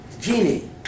genie